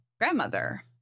grandmother